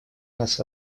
нас